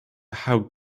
how